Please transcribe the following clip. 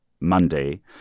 Monday